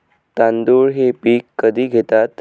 तांदूळ हे पीक कधी घेतात?